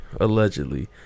allegedly